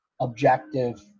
objective